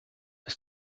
ist